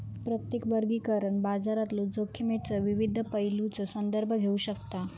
प्रत्येक वर्गीकरण बाजारातलो जोखमीच्यो विविध पैलूंचो संदर्भ घेऊ शकता